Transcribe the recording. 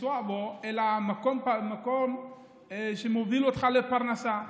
לנסוע בו, אלא מוביל אותך לפרנסה.